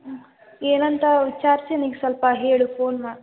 ಏನಂತ ವಿಚಾರಿಸಿ ನೀನು ಸ್ವಲ್ಪ ಹೇಳು ಫೋನ್ ಮಾ